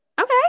Okay